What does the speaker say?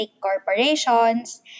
corporations